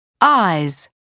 Eyes